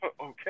Okay